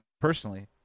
personally